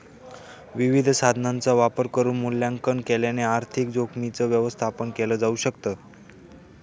विविध साधनांचा वापर करून मूल्यांकन केल्याने आर्थिक जोखीमींच व्यवस्थापन केल जाऊ शकत